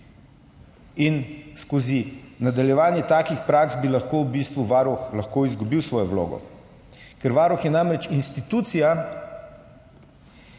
Skozi nadaljevanje takih praks bi lahko v bistvu Varuh izgubil svojo vlogo. Ker Varuh je namreč institucija,